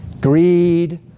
greed